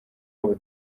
wabo